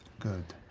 good.